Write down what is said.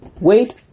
wait